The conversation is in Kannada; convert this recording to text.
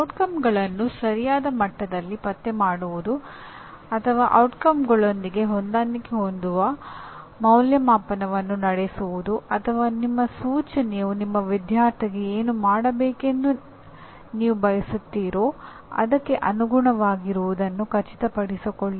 ಪರಿಣಾಮಗಳನ್ನು ಸರಿಯಾದ ಮಟ್ಟದಲ್ಲಿ ಪತ್ತೆ ಮಾಡುವುದು ಅಥವಾ ಪರಿಣಾಮಗಳೊಂದಿಗೆ ಹೊಂದಾಣಿಕೆ ಹೊಂದುವ ಅಂದಾಜುವಿಕೆಯನ್ನು ನಡೆಸುವುದು ಅಥವಾ ನಿಮ್ಮ ಸೂಚನೆಯು ನಿಮ್ಮ ವಿದ್ಯಾರ್ಥಿಗೆ ಏನು ಮಾಡಬೇಕೆಂದು ನೀವು ಬಯಸುತ್ತೀರೋ ಅದಕ್ಕೆ ಅನುಗುಣವಾಗಿರುವುದನ್ನು ಖಚಿತಪಡಿಸಿಕೊಳ್ಳಿ